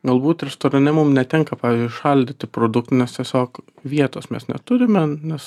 galbūt restorane mum netinka pavyzdžiui šaldyti produktai nes tiesiog vietos mes neturime nes